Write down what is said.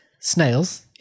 snails